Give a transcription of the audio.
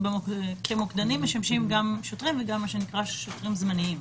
שכמוקדנים משמשים גם שוטרים וגם מה שנקרא "שוטרים זמניים".